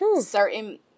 certain